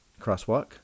crosswalk